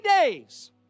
days